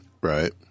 Right